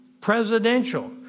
presidential